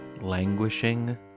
languishing